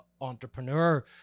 entrepreneur